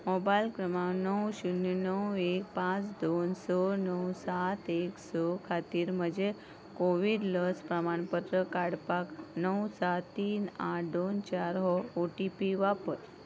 mobile क्रमांक णव शुन्य णव एक पांच दोन स णव सात एक स खातीर म्हजें कोविड लस प्रमाणपत्र काडपाक णव सात तीन आठ दोन चार हो ओ टी पी वापर